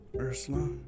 ursula